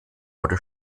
wurde